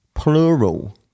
Plural